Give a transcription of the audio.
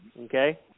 Okay